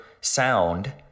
sound